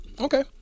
Okay